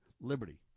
liberty